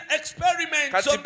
experiments